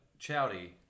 chowdy